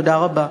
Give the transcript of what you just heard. תודה רבה.